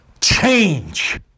Change